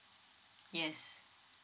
yes